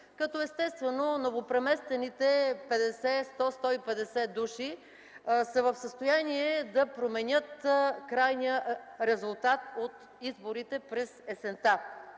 като естествено новопреместените 50, 100-150 души, са в състояние да променят крайния резултат от изборите през есента.